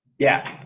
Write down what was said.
yeah.